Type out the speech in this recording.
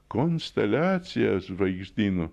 konsteliacijas žvaigždynų